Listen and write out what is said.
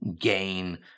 gain